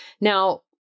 Now